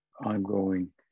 ongoing